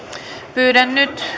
pyydän